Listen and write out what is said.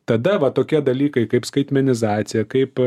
tada va tokie dalykai kaip skaitmenizacija kaip